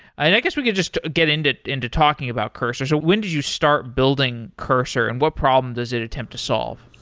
i guess we could just get into into talking about cursor. so when did you start building cursor and what problem does it attempt to solve?